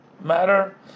matter